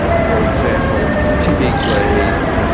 for example, typically,